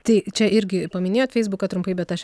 tai čia irgi paminėjot feisbuką trumpai bet aš